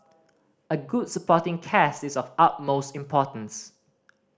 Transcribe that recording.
a good supporting cast is of utmost importance